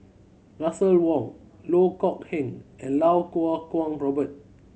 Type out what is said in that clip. Russel Wong Loh Kok Heng and Iau Kuo Kwong Robert